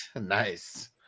Nice